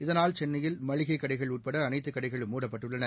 இதனால் சென்னையில் மளிகைக் கடைகள் உட்பட அனைத்துக் கடைகளும் மூடப்பட்டுள்ளன